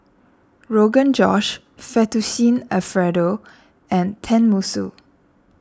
Rogan Josh Fettuccine Alfredo and Tenmusu